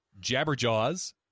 Jabberjaws